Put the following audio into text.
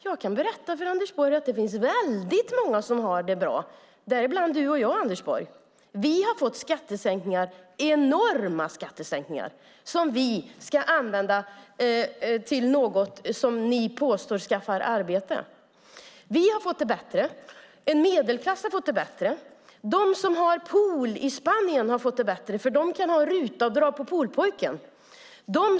Jag kan berätta för Anders Borg att det finns väldigt många som har det bra, däribland jag och du, Anders Borg. Vi har fått skattesänkningar, enorma skattesänkningar, som vi ska använda till något som ni påstår skapar arbeten. Vi har fått det bättre. En medelklass har fått det bättre. De som har pool i Spanien har fått det bättre, för de kan få göra RUT-avdrag på poolpojkens arbete.